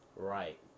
right